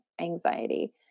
anxiety